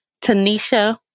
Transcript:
Tanisha